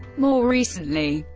more recently,